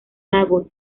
mago